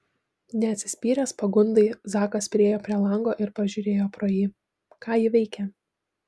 neatsispyręs pagundai zakas priėjo prie lango ir pažiūrėjo pro jį ką ji veikia